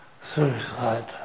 suicide